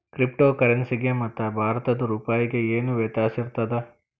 Crypto ಕರೆನ್ಸಿಗೆ ಮತ್ತ ಭಾರತದ್ ರೂಪಾಯಿಗೆ ಏನ್ ವ್ಯತ್ಯಾಸಿರ್ತದ?